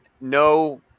no